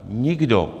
Nikdo.